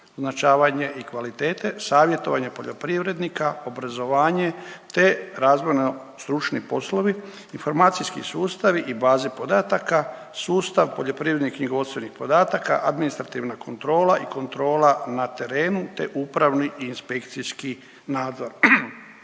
označavanje i kvalitete, savjetovanje poljoprivrednika, obrazovanje, te razvojno-stručni poslovi, informacijski sustavi i baze podataka, sustav poljoprivrednih-knjigovodstvenih podataka, administrativna kontrola i kontrola na terenu te upravni i inspekcijski nadzor.